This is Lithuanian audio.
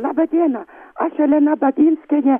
laba diena aš elena babinskienė